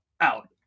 out